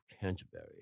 Canterbury